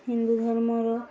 ହିନ୍ଦୁ ଧର୍ମର